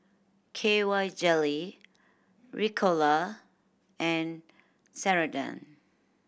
K Y Jelly Ricola and Ceradan